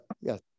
Yes